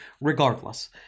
Regardless